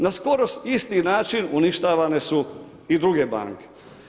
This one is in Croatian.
Na skoro isti način uništavane su i druge banke.